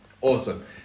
Awesome